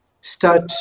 start